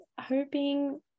hoping